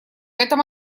этом